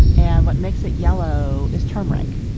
and what makes it yellow is turmeric.